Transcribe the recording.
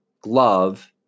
glove